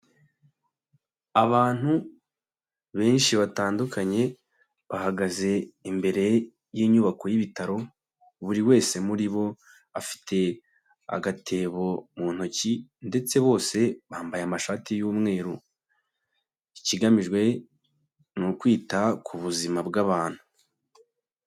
Abantu benshi batandukanye, bahagaze imbere y'inyubako y'ibitaro, buri wese muri bo afite agatebo mu ntoki ndetse bose bambaye amashati y'umweru, ikigamijwe ni ukwita ku buzima bw'abantu.